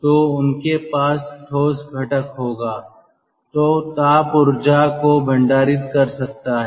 तो उनके पास ठोस घटक होगा जो ताप ऊर्जा को भंडारित कर सकता है